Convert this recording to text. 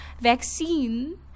Vaccine